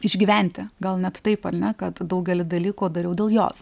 išgyventi gal net taip ar ne kad daugelį dalykų dariau dėl jos